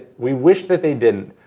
we wish that they didn't,